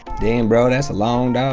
dan brought us a long dog.